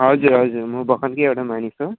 हजुर हजुर म बगानकै एउटा मानिस हो